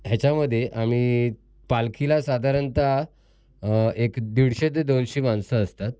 ह्याच्यामध्ये आम्ही पालखीला साधारणतः एक दीडशे ते दोनशे माणसं असतात